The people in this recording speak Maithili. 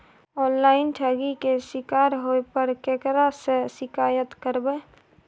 ऑनलाइन ठगी के शिकार होय पर केकरा से शिकायत करबै?